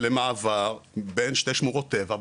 למעבר בין שתי שמורות טבע,